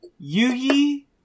Yugi